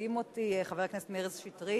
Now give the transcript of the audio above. והקדים אותי חבר הכנסת מאיר שטרית,